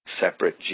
separate